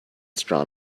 straw